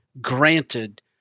granted